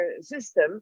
system